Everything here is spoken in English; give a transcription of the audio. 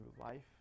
life